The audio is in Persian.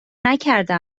نکرده